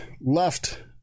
left